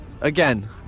again